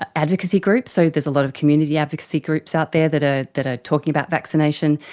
ah advocacy groups, so there's a lot of community advocacy groups out there that ah that are talking about vaccination,